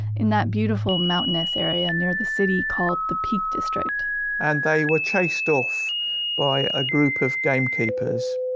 in that beautiful mountainous area near the city called the peak district and they were chased off by a group of gamekeepers,